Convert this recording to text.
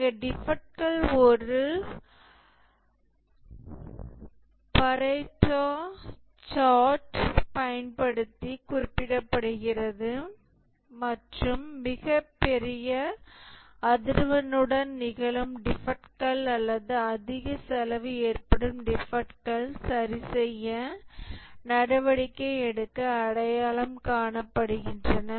இங்கே டிஃபெக்ட்கள் ஒரு பரேட்டோ சார்ட் பயன்படுத்தி குறிப்பிடப்படுகின்றன மற்றும் மிகப்பெரிய அதிர்வெண்ணுடன் நிகழும் டிஃபெக்ட்கள் அல்லது அதிக செலவு ஏற்படும் டிஃபெக்ட்கள் சரி செய்ய நடவடிக்கை எடுக்க அடையாளம் காணப்படுகின்றன